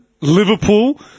Liverpool